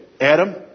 Adam